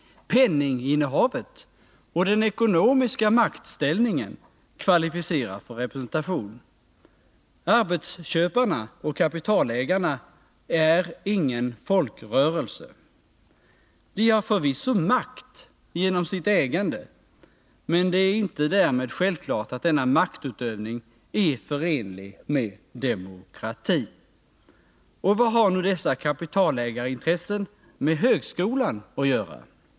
Penninginnehavet och den ekonomiska maktställningen kvalificerar för representation. Arbetsköparna och kapitalägarna utgör ingen folkrörelse. De har förvisso makt genom sitt ägande, men det är därmed inte självklart att detta maktutövande är förenligt med demokratin. Och vad har nu dessa kapitalägarintressen med högskolan att göra?